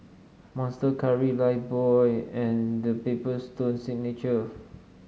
Monster Curry Lifebuoy and The Paper Stone Signature